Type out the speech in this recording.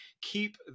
keep